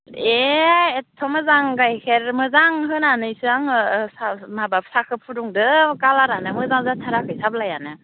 ए एथ' मोजां गायखेर मोजां होनानैसो आङो माबा साहाखो फुदुंदो कालारानो मोजां जाथाराखै साब्लायानो